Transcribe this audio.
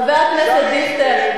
חבר הכנסת דיכטר,